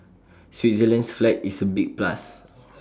Switzerland's flag is A big plus